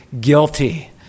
guilty